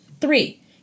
Three